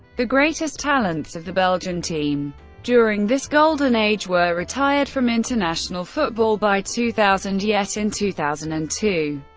the greatest talents of the belgian team during this golden age were retired from international football by two thousand, yet in two thousand and two,